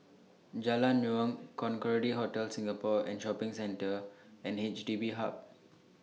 Jalan Naung Concorde Hotel Singapore and Shopping Centre and H D B Hub